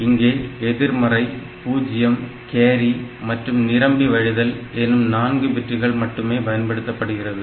இங்கே எதிர்மறை பூஜ்ஜியம் கேரி மற்றும் நிரம்பி வழிதல் எனும் 4 பிட்டுகள் மட்டுமே பயன்படுத்தப்படுகிறது